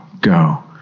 go